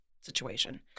situation